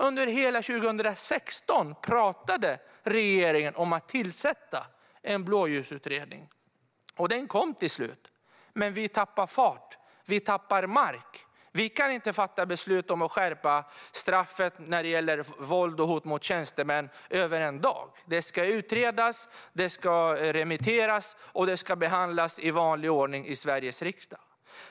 Under hela 2016 pratade regeringen om att tillsätta en blåljusutredning. Den kom till slut, men vi tappar fart och mark. Vi kan inte fatta beslut om att skärpa straffet för våld och hot mot tjänstemän över en dag. Det ska utredas, remitteras och behandlas i vanlig ordning i Sveriges riksdag.